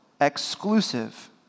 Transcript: exclusive